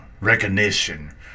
recognition